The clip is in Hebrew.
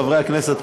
חברי הכנסת,